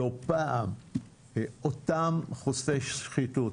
לא פעם אותם חושפי שחיתות,